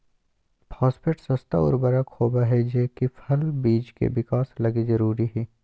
phosphate सस्ता उर्वरक होबा हइ जे कि फल बिज के विकास लगी जरूरी हइ